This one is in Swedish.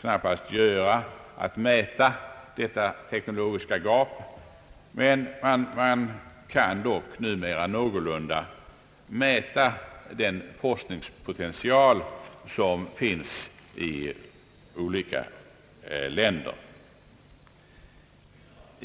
knappast göra att mäta detta teknologiska gap, men vi kan numera någorlunda mäta den forskningpotential som finns i olika länder.